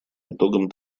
итогам